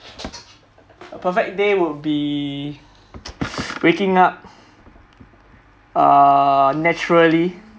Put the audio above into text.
a perfect day would be waking up uh naturally